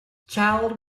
child